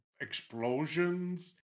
explosions